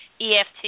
EFT